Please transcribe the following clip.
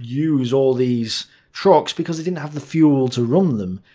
use all these trucks because they didn't have the fuel to run them.